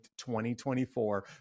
2024